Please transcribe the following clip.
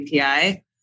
API